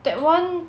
that [one]